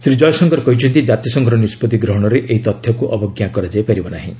ଶ୍ରୀ ଜୟଶଙ୍କର କହିଛନ୍ତି ଜାତିସଂଘର ନିଷ୍କଭି ଗ୍ରହଣରେ ଏହି ତଥ୍ୟକୁ ଅବଙ୍କା କରାଯାଇ ପାରିବ ନାହିଁ